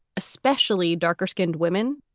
especially darker skinned women,